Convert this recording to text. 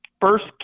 first